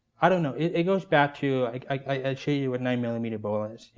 i don't know. it goes back to i shoot you with nine-millimeter bullets.